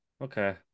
Okay